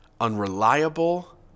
unreliable